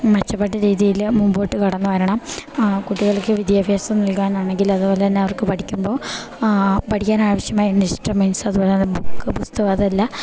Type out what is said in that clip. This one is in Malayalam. മെച്ചപ്പെട്ട രീതീല് മുമ്പോട്ട് കടന്ന്വരണം കുട്ടികൾക്ക് വിദ്യാഫ്യാസം നൽകാനാണെങ്കിലത്പോലെന്നെയവർക്ക് പഠിക്കിമ്പോ പഠിക്കാനാവശ്യമായ ഇൻസ്ട്രമെൻറ്റ്സ് അത്പോലെന്നെ ബുക്ക് ബുസ്തകം അതെല്ലാം